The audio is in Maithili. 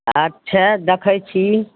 हँ छै देखय छी